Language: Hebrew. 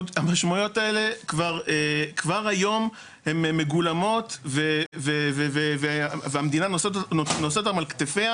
המשמעויות האלה כבר היום הן מגולמות והמדינה נושאת אותן על כתפיה.